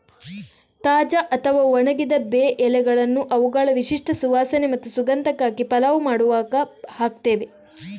ತಾಜಾ ಅಥವಾ ಒಣಗಿದ ಬೇ ಎಲೆಗಳನ್ನ ಅವುಗಳ ವಿಶಿಷ್ಟ ಸುವಾಸನೆ ಮತ್ತು ಸುಗಂಧಕ್ಕಾಗಿ ಪಲಾವ್ ಮಾಡುವಾಗ ಹಾಕ್ತೇವೆ